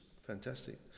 fantastic